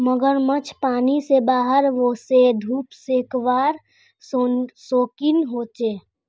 मगरमच्छ पानी से बाहर वोसे धुप सेकवार शौक़ीन होचे